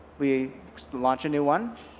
we launch a new one.